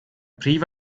prif